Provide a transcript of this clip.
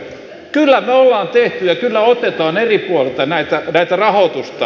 kyllä me olemme tehneet ja kyllä otamme eri puolilta tätä rahoitusta